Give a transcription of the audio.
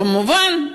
לא מובן,